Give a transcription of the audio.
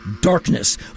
Darkness